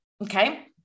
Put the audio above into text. Okay